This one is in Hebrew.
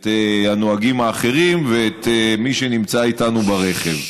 את הנוהגים האחרים ואת מי שנמצא איתנו ברכב.